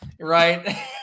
right